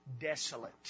desolate